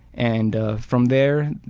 and ah from there,